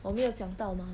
我没有想到 mah